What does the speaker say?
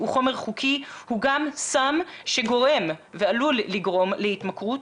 הוא חומר חוקי הוא גם סם שגורם ועלול לגרום להתמכרות.